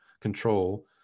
control